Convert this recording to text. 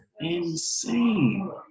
insane